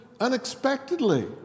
unexpectedly